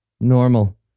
normal